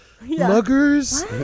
Muggers